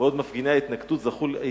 בעוד מפגיני ההתנתקות